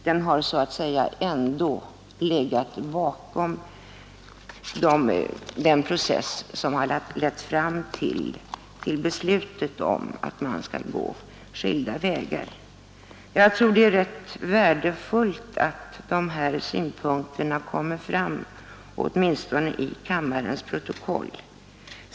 Den har så att säga ändå legat bakom den process som lett fram till beslutet om att man skall gå skilda vägar. Jag tror också att det är värdefullt att dessa synpunkter kommer till uttryck i kammarens protokoll.